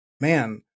Man